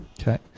Okay